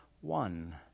one